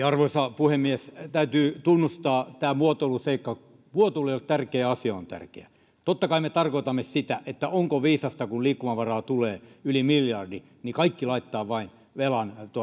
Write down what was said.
arvoisa puhemies täytyy tunnustaa tämä muotoiluseikka muotoilu ei ole tärkeä asia on tärkeä totta kai me tarkoitamme sitä että onko viisasta kun liikkumavaraa tulee yli miljardi kaikki laittaa vain velan